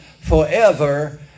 forever